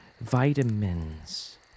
vitamins